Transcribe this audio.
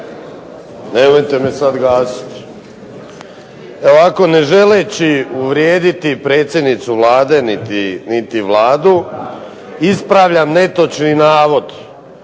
**Vinković, Zoran (SDP)** Ne želeći uvrijediti predsjednicu Vlade niti Vladu, ispravljam netočni navod.